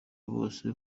bose